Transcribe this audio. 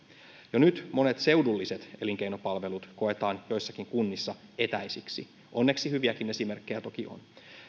jo nyt monet seudulliset elinkeinopalvelut koetaan joissakin kunnissa etäisiksi onneksi hyviäkin esimerkkejä toki on